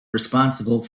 responsible